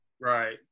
Right